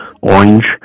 orange